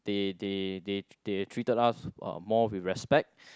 they they they they treated us uh more with respect